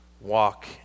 walk